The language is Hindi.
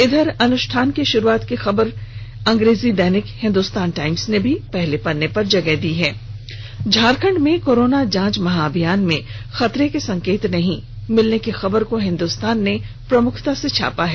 इधरं अनुष्ठान की शुरूआत की खबर को अंग्रेजी दैनिक हिन्दुस्तान टाइम्स ने भी पहले पन्ने पर जगह दी है झारखण्ड में कोरोना जांच महाअभियान में खतरे के संकेत नहीं मिलने की खबर को हिन्दुस्तान ने प्रमुखता से छापा है